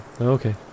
okay